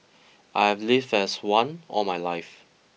I've lived as one all my life